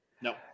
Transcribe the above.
no